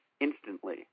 instantly